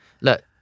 look